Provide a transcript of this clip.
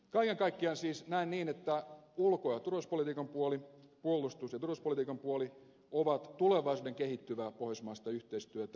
kaiken kaikkiaan siis näen niin että ulko ja turvallisuuspolitiikan puoli puolustus ja turvallisuuspolitiikan puoli ovat tulevaisuuden kehittyvää pohjoismaista yhteistyötä